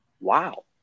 wow